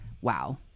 wow